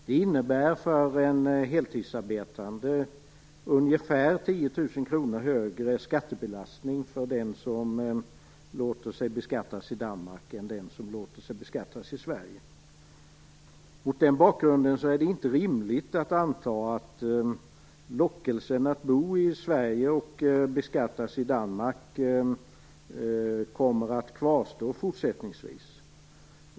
Det innebär för en heltidsarbetande ungefär 10 000 kr högre skattebelastning för den som låter sig beskattas i Danmark än för den som låter sig beskattas i Sverige. Mot den bakgrunden är det inte rimligt att anta att lockelsen att bo i Sverige och beskattas i Danmark kommer att kvarstå.